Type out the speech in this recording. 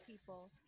people